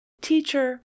teacher